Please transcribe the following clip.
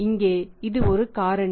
இங்கே இது ஒரு காரணி